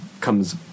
comes